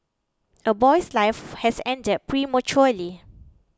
a boy's life has ended prematurely